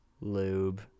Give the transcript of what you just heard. lube